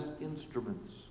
instruments